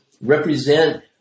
represent